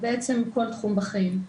בעצם בכל תחום בחיים.